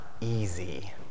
easy